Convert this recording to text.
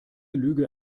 lüge